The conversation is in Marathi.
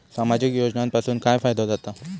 सामाजिक योजनांपासून काय फायदो जाता?